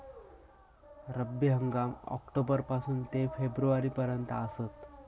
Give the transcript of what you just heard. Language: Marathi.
रब्बी हंगाम ऑक्टोबर पासून ते फेब्रुवारी पर्यंत आसात